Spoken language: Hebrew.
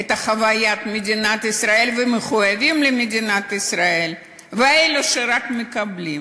את חוויית מדינת ישראל ומחויבים למדינת ישראל ואלו שרק מקבלים.